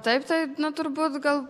taip tai na turbūt gal